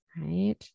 right